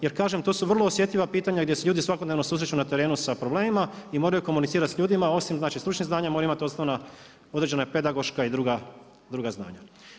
Jer kažem to su vrlo osjetljiva pitanja, gdje se ljudi svakodnevno susreću na terenu sa problemima i moraju komunicirati sa ljudima, znači osim stručnih znanja moraju imati osnovna određena pedagoška i druga znanja.